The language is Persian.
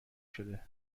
شدم